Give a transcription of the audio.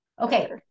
Okay